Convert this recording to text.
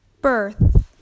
Birth